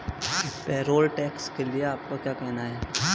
Payroll tax के लिए आपका क्या कहना है?